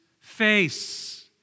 face